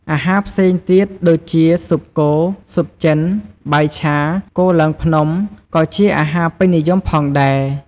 អាហារផ្សេងទៀតដូចជា ស៊ុបគោ ស៊ុបចិន បាយឆា គោឡើងភ្នំ ក៏ជាអាហារពេញនិយមផងដែរ។